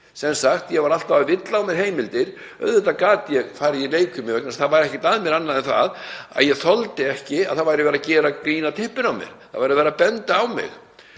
sem sagt alltaf að villa á mér heimildir. Auðvitað gat ég farið í leikfimi, það var ekkert að mér annað en það að ég þoldi ekki að það væri verið að gera grín að typpinu á mér, að það væri verið að benda á mig.